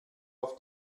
auf